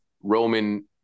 Roman